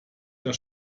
der